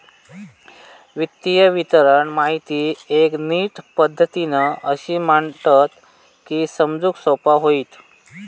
वित्तीय विवरण माहिती एक नीट पद्धतीन अशी मांडतत की समजूक सोपा होईत